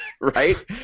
right